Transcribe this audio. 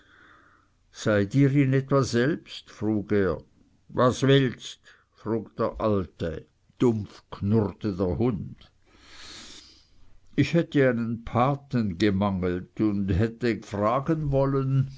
ihr ihn etwa selbst frug er was willst frug der alte dumpf knurrte der hund ich hätte einen paten gemangelt und hätte fragen wollen